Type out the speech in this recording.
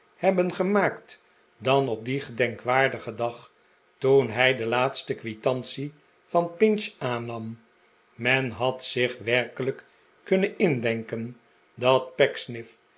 hebben gemaakt dan op dien gedenkwaardigen dag toen hij de laatste quitantie van pinch aannam men had zich werkelijk kunnen indenken dat